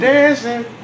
Dancing